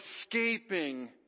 escaping